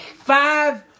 Five